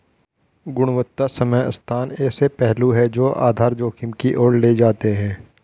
गुणवत्ता समय स्थान ऐसे पहलू हैं जो आधार जोखिम की ओर ले जाते हैं